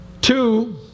Two